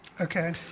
Okay